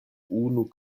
unu